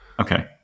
Okay